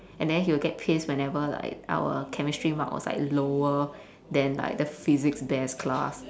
and then he will get pissed whenever like our chemistry mark was like lower than like the physics best class